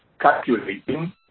calculating